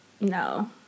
No